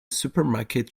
supermarket